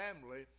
family